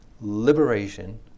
liberation